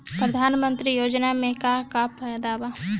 प्रधानमंत्री योजना मे का का फायदा बा?